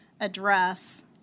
address